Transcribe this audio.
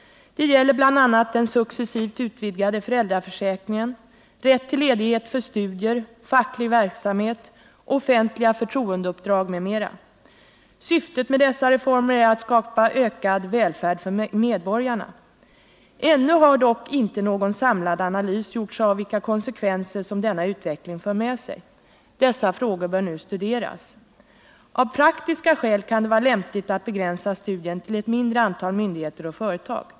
Det gäller bl.a. den successivt utvidgade föräldraförsäkringen, rätten till deltidsarbete för småbarnsföräldrar, rätt till ledighet för studier, facklig verksamhet, offentliga förtroendeuppdrag m.m. Syftet med dessa reformer är att skapa ökad valfrihet och välfärd för medborgarna. Ännu har dock inte någon samlad analys gjorts av vilka konsekvenser som denna utveckling för med sig. Dessa frågor bör nu studeras. Av praktiska skäl kan det vara lämpligt att begränsa studien till ett mindre antal myndigheter och företag.